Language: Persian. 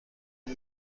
این